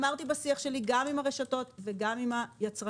בשיח שלי עם הרשתות גם עם הרשתות וגם עם היצרנים